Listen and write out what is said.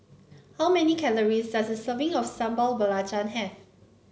how many calories does a serving of Sambal Belacan have